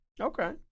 Okay